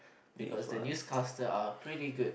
because the newscaster are pretty good